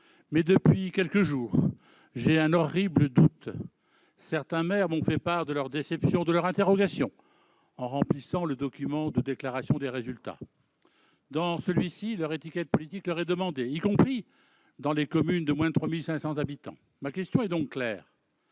Or, depuis quelques jours, j'ai un horrible doute. Certains maires m'ont fait part de leurs déceptions et de leurs interrogations en remplissant le document de déclaration des résultats. Dans celui-ci, leur étiquette politique leur est demandée, y compris dans les communes de moins de 3 500 habitants. Ma question est donc claire